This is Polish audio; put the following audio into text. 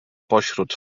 pośród